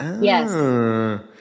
Yes